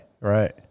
Right